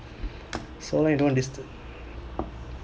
so lah you don't want disturb